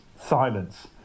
Silence